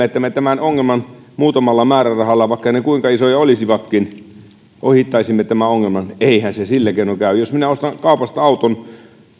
että me tämän ongelman muutamalla määrärahalla vaikka ne kuinka isoja olisivatkin ohittaisimme eihän se sillä keinoin käy jos minä ostan kaupasta auton